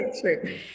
true